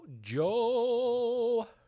Joe